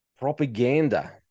propaganda